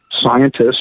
scientists